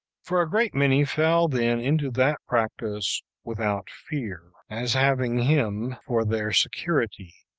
for a great many fell then into that practice without fear, as having him for their security,